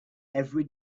every